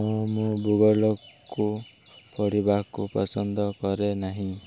ହଁ ମୁଁ ଗୁଗଲ୍କୁ ପଢ଼ିବାକୁ ପସନ୍ଦ କରେ ନାହିଁ